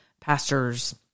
pastors